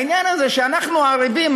העניין הזה שאנחנו ערבים,